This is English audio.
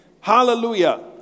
Hallelujah